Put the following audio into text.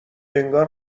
انگار